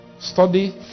study